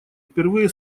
впервые